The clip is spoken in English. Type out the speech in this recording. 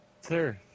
Sir